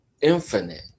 infinite